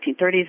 1930s